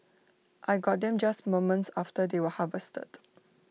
I got them just moments after they were harvested